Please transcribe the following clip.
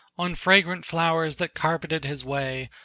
on fragrant flowers that carpeted his way,